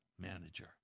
manager